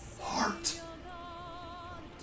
heart